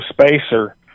spacer